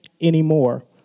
anymore